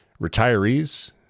retirees